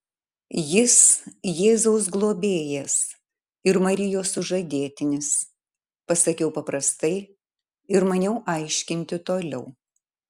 jis jėzaus globėjas ir marijos sužadėtinis pasakiau paprastai ir maniau aiškinti toliau